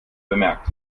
bemerkt